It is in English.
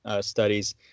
studies